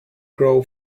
grow